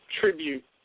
tribute